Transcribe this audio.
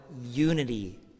unity